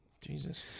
Jesus